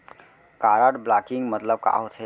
Card blocking मतलब का होथे?